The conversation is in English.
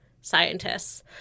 scientists